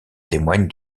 témoigne